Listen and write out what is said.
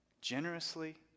generously